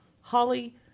Holly